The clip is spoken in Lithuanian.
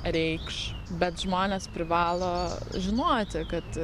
reikš bet žmonės privalo žinoti kad